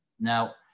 Now